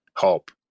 help